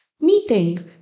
meeting